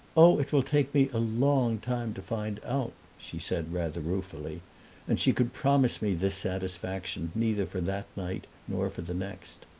oh, it will take me a long time to find out! she said, rather ruefully and she could promise me this satisfaction neither for that night nor for the next.